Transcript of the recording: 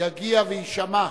יגיע ויישמע,